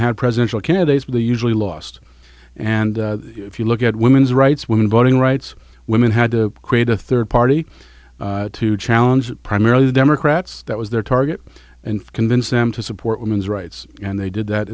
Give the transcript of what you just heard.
had presidential candidates will usually last and if you look at women's rights women voting rights women had to create a third party to challenge primarily the democrats that was their target and convince them to support women's rights and they did that